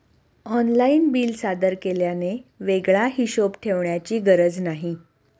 online bill सादर केल्याने वेगळा हिशोब ठेवण्याची गरज नाही